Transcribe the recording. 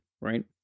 right